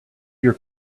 your